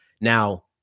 Now